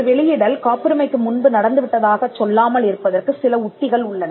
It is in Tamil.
ஒரு வெளியிடல் காப்புரிமைக்கு முன்பு நடந்துவிட்டதாகச் சொல்லாமல் இருப்பதற்குச் சில உத்திகள் உள்ளன